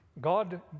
God